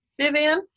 Vivian